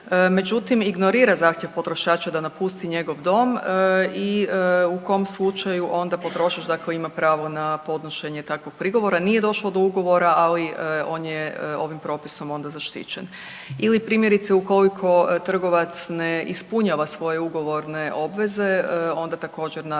međutim ignorira zahtjev potrošača da napusti njegov dom i u kom slučaju onda potrošač ima pravo na podnošenje takvog prigovora, nije došlo do ugovora, ali on je ovim propisom onda zaštićen, ili primjerice ukoliko trgovac ne ispunjava svoje ugovorne obveze onda također naravno